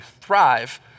thrive